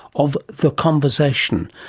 of the conversation,